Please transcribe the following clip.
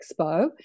Expo